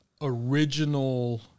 original